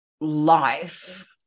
life